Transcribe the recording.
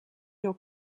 your